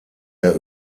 der